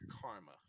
karma